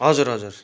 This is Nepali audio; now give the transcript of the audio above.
हजुर हजुर